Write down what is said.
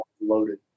loaded